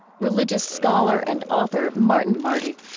religious scholar and author martin marty.